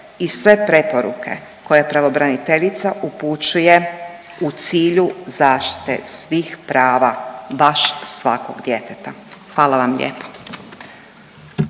i sve preporuke koje pravobraniteljica upućuje u cilju zaštite svih prava baš svakog djeteta. Hvala vam lijepa.